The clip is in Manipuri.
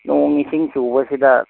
ꯅꯣꯡ ꯏꯁꯤꯡ ꯆꯨꯕꯁꯤꯗ